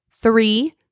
three